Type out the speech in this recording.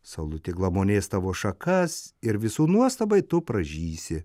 saulutė glamonės tavo šakas ir visų nuostabai tu pražysi